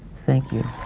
thank you.